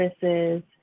services